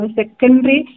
secondary